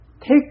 take